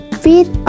Feed